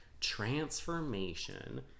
transformation